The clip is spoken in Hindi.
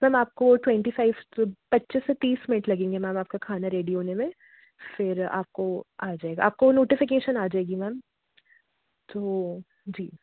मैम आपको ट्वेन्टी फ़ाइव त पच्चीस से तीस मिनट में लगेंगे मैम आपका खाना रेडी होने में फिर आपको आ जाएगा आपको नोटिफ़िकेशन आ जाएगी मैम तो जी